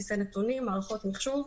בסיסי נתונים,